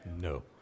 No